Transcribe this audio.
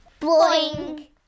Boing